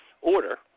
order